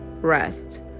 rest